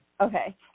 okay